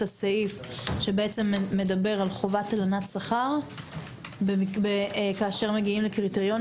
הסעיף שמדבר על חובת הלנת שכר כאשר מגיעים לקריטריונים